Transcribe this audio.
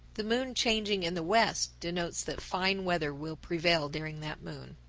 the moon changing in the west denotes that fine weather will prevail during that moon.